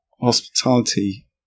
hospitality